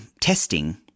testing